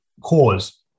cause